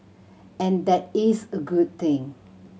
and that is a good thing